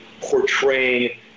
portraying